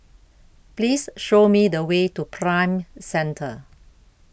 Please Show Me The Way to Prime Centre